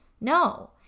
No